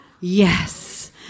Yes